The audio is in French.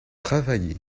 travailler